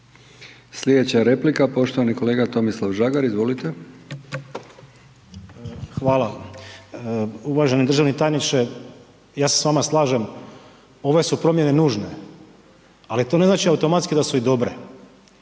Slijedeća replika, poštovani kolega Tomislav Žagar, izvolite. **Žagar, Tomislav (HSU)** Hvala. Uvaženi državni tajniče, ja se s vama slažem, ove su promjene nužne ali to ne znači automatski da su i dobre